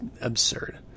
absurd